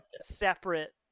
separate